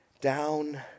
down